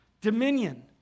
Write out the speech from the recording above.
dominion